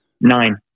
Nine